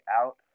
out